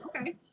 Okay